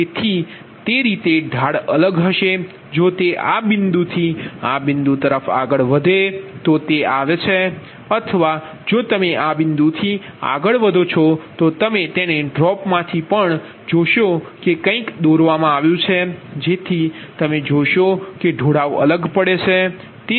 તેથી તે રીતે ઢાળ અલગ હશે જો તે આ બિંદુથી આ બિંદુ તરફ આગળ વધે તો તે આવે છે અથવા જો તમે આ બિંદુથી આગળ વધો છો તો તમે તેને ડ્રોપમાંથી પણ જોશો કે કંઈક દોરવામાં આવ્યું છે જેથી તમે જોશો કે ઢોળાવ અલગ છે